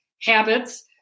habits